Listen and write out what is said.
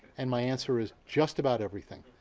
and my answer is just about everything.